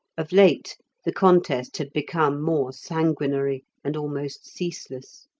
of late the contest had become more sanguinary and almost ceaseless.